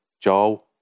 Joe